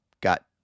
got